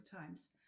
times